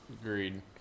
agreed